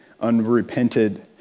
unrepented